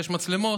ויש מצלמות,